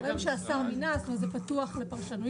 אם נכתוב: גורם שהשר מינה, זה פתוח לפרשנויות.